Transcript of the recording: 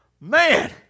man